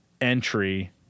entry